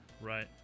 Right